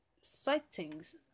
sightings